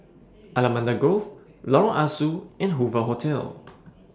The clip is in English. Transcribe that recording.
Allamanda Grove Lorong Ah Soo and Hoover Hotel